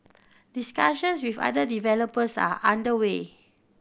discussions with other developers are under way